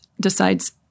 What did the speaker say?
decides